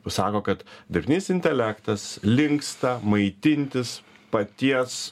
pasako kad dirbtinis intelektas linksta maitintis paties